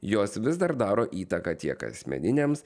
jos vis dar daro įtaką tiek asmeniniams